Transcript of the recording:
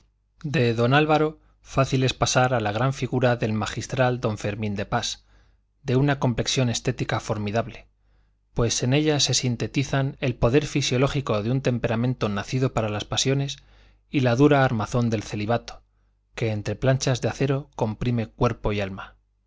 de d álvaro fácil es pasar a la gran figura del magistral d fermín de pas de una complexión estética formidable pues en ella se sintetizan el poder fisiológico de un temperamento nacido para las pasiones y la dura armazón del celibato que entre planchas de acero comprime cuerpo y alma